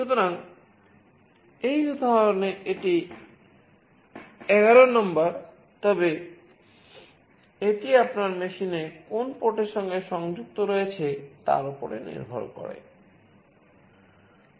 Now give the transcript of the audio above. সুতরাং এই উদাহরণে এটি 11 নাম্বার তবে এটি আপনার মেশিনে কোন পোর্টের সাথে সংযুক্ত রয়েছে তার উপর নির্ভর করে